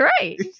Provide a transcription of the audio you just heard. right